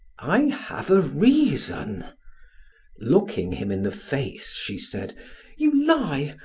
i have a reason looking him in the face, she said you lie!